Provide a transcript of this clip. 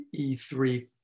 E3